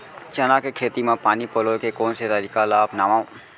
चना के खेती म पानी पलोय के कोन से तरीका ला अपनावव?